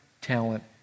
talent